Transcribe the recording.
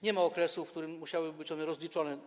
Nie ma okresu, w którym musiałyby być one rozliczone.